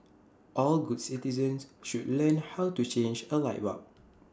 all good citizens should learn how to change A light bulb